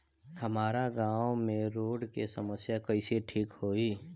हमारा गाँव मे रोड के समस्या कइसे ठीक होई?